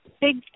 big